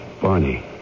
Barney